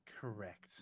correct